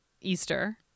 easter